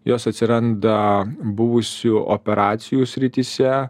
jos atsiranda buvusių operacijų srityse